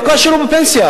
לא כאשר הוא בפנסיה,